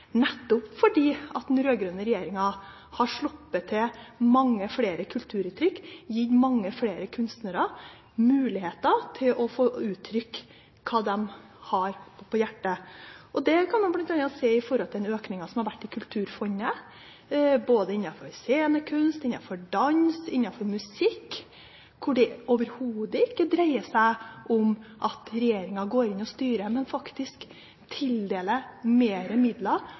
nettopp fordi den rød-grønne regjeringa har sluppet til mange flere kulturuttrykk, gitt mange flere kunstnere muligheten til å få uttrykt det de har på hjertet. Det kan man bl.a. se av den økninga som har vært i Kulturfondet, innenfor både scenekunst, dans og musikk, der det overhodet ikke dreier seg om at regjeringa går inn og styrer, men faktisk tildeler flere midler,